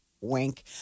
wink